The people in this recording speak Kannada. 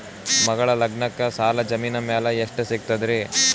ಮಗಳ ಲಗ್ನಕ್ಕ ಸಾಲ ಜಮೀನ ಮ್ಯಾಲ ಎಷ್ಟ ಸಿಗ್ತದ್ರಿ?